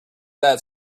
that